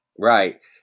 Right